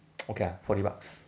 okay lah forty buck